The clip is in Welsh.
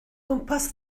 gwmpas